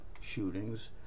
shootings